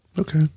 Okay